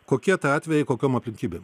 kokie tai atvejai kokiom aplinkybėm